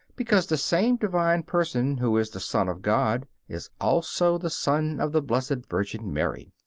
because the same divine person who is the son of god is also the son of the blessed virgin mary.